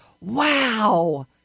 Wow